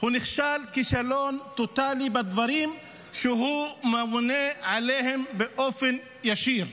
כישלון טוטלי בדברים שהוא ממונה עליהם באופן ישיר.